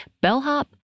bellhop